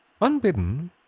Unbidden